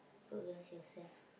progress yourself